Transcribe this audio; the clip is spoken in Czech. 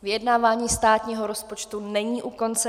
Vyjednávání státního rozpočtu není u konce.